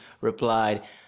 replied